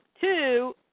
Two